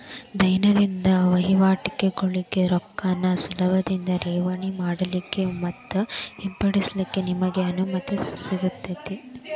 ದೈನಂದಿನ ವಹಿವಾಟಗೋಳಿಗೆ ರೊಕ್ಕಾನ ಸುಲಭದಿಂದಾ ಠೇವಣಿ ಮಾಡಲಿಕ್ಕೆ ಮತ್ತ ಹಿಂಪಡಿಲಿಕ್ಕೆ ನಿಮಗೆ ಅನುಮತಿಸುತ್ತದೆ